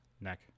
neck